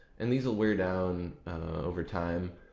and these will wear down over time.